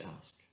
ask